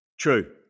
True